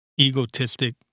egotistic